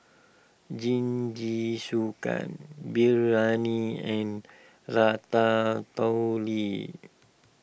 Jingisukan Biryani and Ratatouille